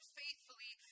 faithfully